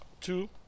Two